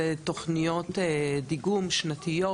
זה תוכניות דיגום שנתיות,